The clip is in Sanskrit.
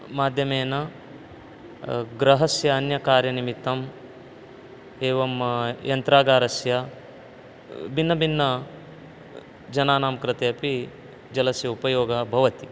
माध्यमेन गृहस्य अन्यकार्यनिमित्तम् एवं यन्त्रागारस्य भिन्नभिन्नजनानां कृते अपि जलस्य उपयोगः भवति